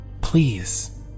Please